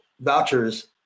vouchers